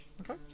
Okay